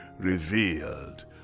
revealed